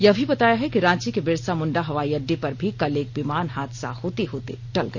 यह भी बताया है कि रांची के बिरसा मुण्डा हवाई अड्डे पर भी कल एक विमान हादसा होते होते टल गया